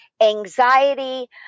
anxiety